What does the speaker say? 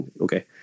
okay